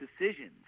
decisions